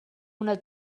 una